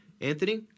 anthony